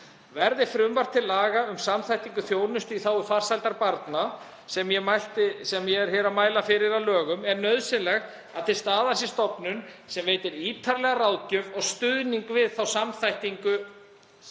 Verði frumvarp til laga, um samþættingu þjónustu í þágu farsældar barna, sem ég mæli hér fyrir, að lögum er nauðsynlegt að til staðar sé stofnun sem veitir ítarlega ráðgjöf og stuðning við þá samþættingu á